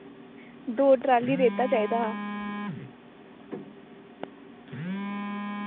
दौ ट्राली रेता चाहिदा हा